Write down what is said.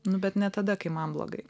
nu bet ne tada kai man blogai